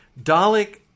Dalek